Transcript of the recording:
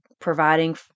providing